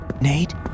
Nate